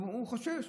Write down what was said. הוא חושש.